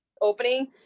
opening